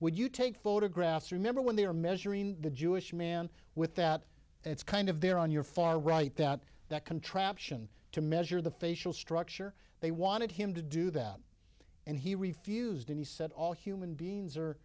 would you take photographs remember when they are measuring the jewish man with that it's kind of there on your far right that that contraption to measure the facial structure they wanted him to do that and he refused and he said all human beings are